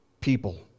people